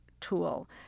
tool